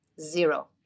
zero